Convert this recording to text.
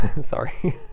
sorry